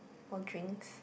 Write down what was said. for drinks